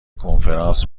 کنفرانس